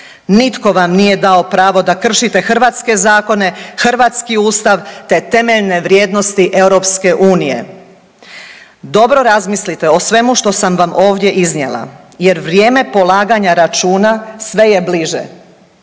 Nitko vam nije dao pravo da kršite hrvatske zakone, hrvatski ustav, te temeljne vrijednosti EU. Dobro razmislite o svemu što sam vam ovdje iznijela jer vrijeme polaganja računa sve je bliže.